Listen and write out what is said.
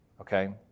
Okay